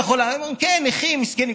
אומרים: כן, נכים הם מסכנים.